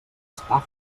estafa